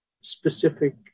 specific